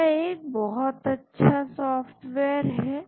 यह एक बहुत अच्छा सॉफ्टवेयर है